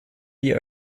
die